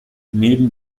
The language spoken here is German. neben